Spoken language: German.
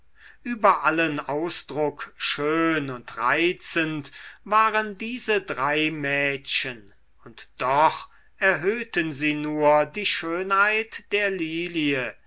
über allen ausdruck schön und reizend waren diese drei mädchen und doch erhöhten sie nur die schönheit der lilie